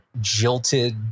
jilted